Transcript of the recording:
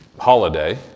holiday